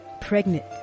pregnant